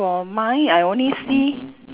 for mine I only see